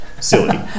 Silly